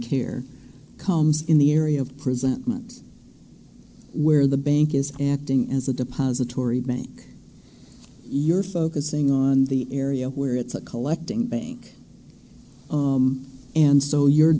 care comes in the area of present month where the bank is acting as a depository bank you're focusing on the area where it's a collecting bank and so you're